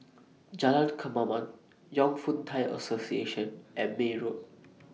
Jalan Kemaman Fong Yun Thai Association and May Road